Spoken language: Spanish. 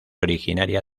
originaria